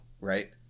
right